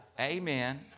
Amen